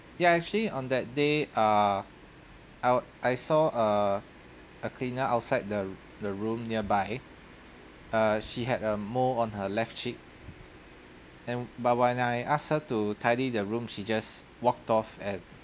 ya actually on that day err out I saw err a cleaner outside the the room nearby uh she had a mole on her left cheek and but when I ask her to tidy the room she just walked off at